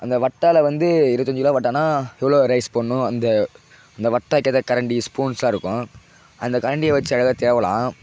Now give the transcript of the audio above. அந்த வட்டாவில் வந்து இருபத்தஞ்சி கிலோ வட்டானா எவ்வளோ ரைஸ் போடணும் அந்த அந்த வட்டாகேற்ற கரண்டி ஸ்பூன்ஸ்லாம் இருக்கும் அந்த கரண்டியை வச்சு அழகாத்தேவலாம்